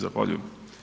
Zahvaljujem.